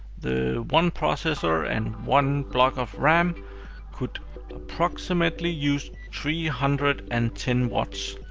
the one processor and one block of ram could approximately use three hundred and ten watts.